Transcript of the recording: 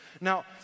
Now